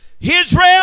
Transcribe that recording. Israel